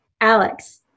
Alex